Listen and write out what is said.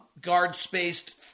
guard-spaced